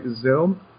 Zoom